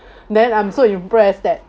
then I'm so impressed that